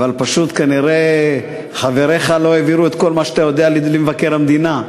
אבל פשוט כנראה חבריך לא העבירו את כל מה שאתה יודע למבקר המדינה,